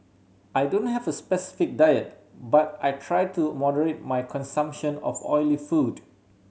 I don't have a specific diet but I try to moderate my consumption of oily food